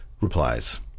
Replies